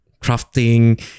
crafting